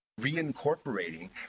reincorporating